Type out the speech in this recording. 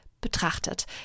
betrachtet